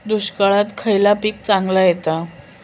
दुष्काळात खयला पीक चांगला येता?